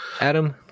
Adam